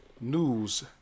news